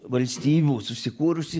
valstybių susikūrusi